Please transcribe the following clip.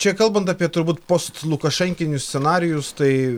čia kalbant apie turbūt post lukašenkinius scenarijus tai